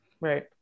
Right